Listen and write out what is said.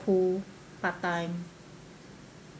pool part time